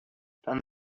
dann